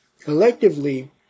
Collectively